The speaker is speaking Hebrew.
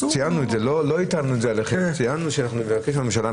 ציינו שנבקש מהממשלה.